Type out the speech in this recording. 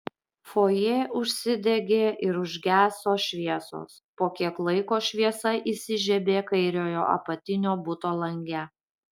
fojė užsidegė ir užgeso šviesos po kiek laiko šviesa įsižiebė kairiojo apatinio buto lange